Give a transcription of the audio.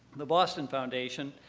the boston foundation,